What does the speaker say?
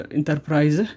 enterprise